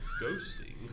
ghosting